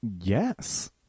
Yes